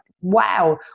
wow